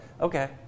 okay